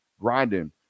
grinding